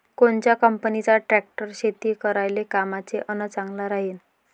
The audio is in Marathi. कोनच्या कंपनीचा ट्रॅक्टर शेती करायले कामाचे अन चांगला राहीनं?